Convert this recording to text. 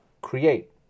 create